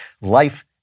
Life